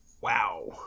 Wow